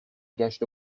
گشت